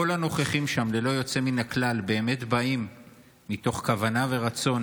כל הנוכחים שם ללא יוצא מן הכלל באמת באים מתוך כוונה ורצון